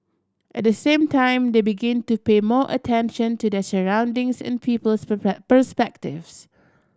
at the same time they begin to pay more attention to their surroundings and people's perspectives